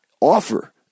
offer